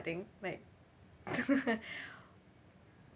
I think like